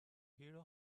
hero